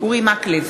אורי מקלב,